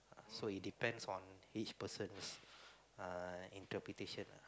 so it depends on each persons is err interpretation lah